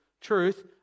truth